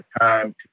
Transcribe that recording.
time